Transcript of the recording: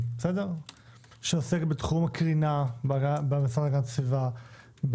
שעוסקים בתחום הקרינה במשרד לאיכות הסביבה,